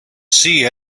sea